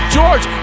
George